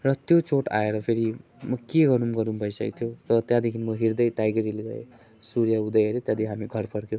र त्यो चोट आएर फेरि म के गरौँ गरौँ भइसकेको थियो र त्यहाँदेखि म हिँड्दै टाइगर हिल गएँ सूर्य उदय हेऱ्यो त्यहाँदेखि हामी घर फर्क्यौँ